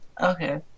okay